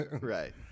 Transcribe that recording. Right